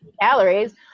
calories